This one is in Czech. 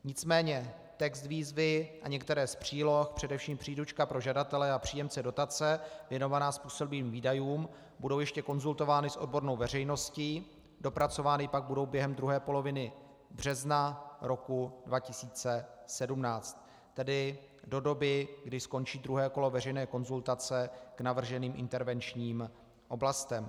Nicméně text výzvy a některé z příloh, především příručka pro žadatele a příjemce dotace věnovaná způsobilým výdajům, budou ještě konzultovány s odbornou veřejností, dopracovány pak budou během druhé poloviny března roku 2017, tedy do doby, kdy skončí druhé kolo veřejné konzultace k navrženým intervenčním oblastem.